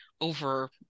over